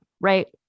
Right